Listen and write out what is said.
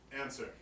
Answer